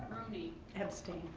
rooney. abstained.